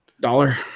Dollar